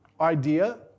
idea